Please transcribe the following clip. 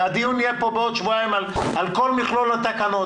הדיון יהיה פה בעוד שבועיים על כל מכלול התקנות.